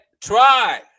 Try